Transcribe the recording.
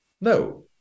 No